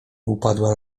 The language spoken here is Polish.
upadła